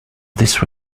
this